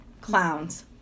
clowns